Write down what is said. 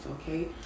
okay